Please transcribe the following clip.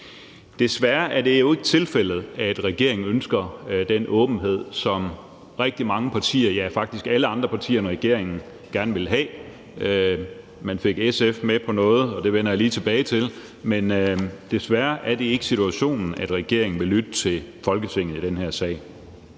Desværre er det jo ikke tilfældet, at regeringen ønsker den åbenhed, som rigtig mange partier – ja, faktisk alle andre partier end regeringen – gerne vil have. Man fik SF med på noget, og det vender jeg lige tilbage til, men desværre er det ikke situationen, at regeringen vil lytte til Folketinget i den her sag.